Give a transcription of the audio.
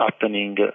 happening